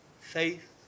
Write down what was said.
faith